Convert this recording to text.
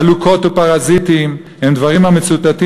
עלוקות ופרזיטים הם דברים המצוטטים